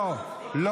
לא עובדים?